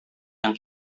yang